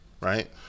right